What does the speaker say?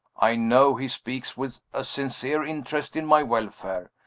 i know he speaks with a sincere interest in my welfare.